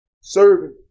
Serving